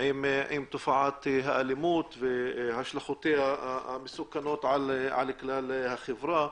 עם תופעת האלימות והשלכותיה המסוכנות על כלל החברה.